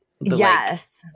Yes